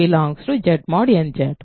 a Z mod nZ మరియు a 0